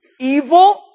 evil